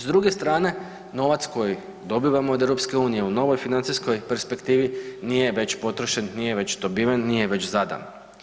S druge strane novac koji dobivamo od EU u novoj financijskoj perspektivi nije već potrošen, nije već dobiven, nije već zadan.